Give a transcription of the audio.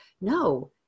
No